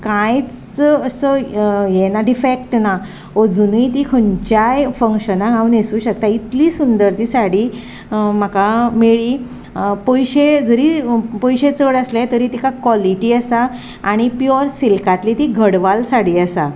कांयच असो यें ना डिफॅक्ट ना अजुनूय ती खंयच्याय फंक्शनाक हांव न्हेसूंक शकतां इतली सुंदर ती साडी म्हाका मेळ्ळी पयशे जरीय पयशे चड आसले तरी तिका कॉलिटी आसा आनी प्यूअर सिल्कांतली ती गडवाल साडी आसा